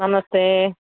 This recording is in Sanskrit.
नमस्ते